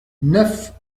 neuf